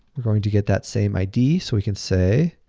we're going to get that same id so we can say,